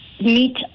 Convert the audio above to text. meet